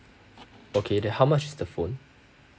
okay then how much is the phone